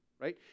right